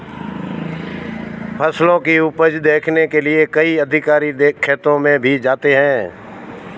फसलों की उपज देखने के लिए कई अधिकारी खेतों में भी जाते हैं